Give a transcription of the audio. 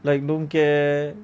like don't care